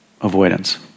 avoidance